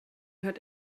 hört